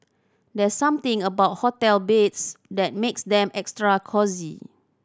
there's something about hotel beds that makes them extra cosy